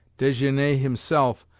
desgenais himself,